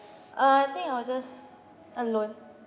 uh I think I was just alone